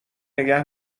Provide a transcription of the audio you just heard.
نگه